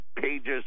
pages